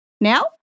Now